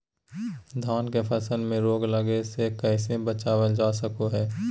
धान के फसल में रोग लगे से कैसे बचाबल जा सको हय?